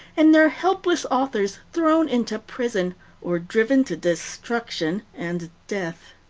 and their helpless authors thrown into prison or driven to destruction and death.